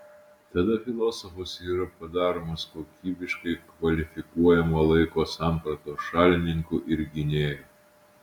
tada filosofas yra padaromas kokybiškai kvalifikuojamo laiko sampratos šalininku ir gynėju